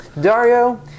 Dario